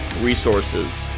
resources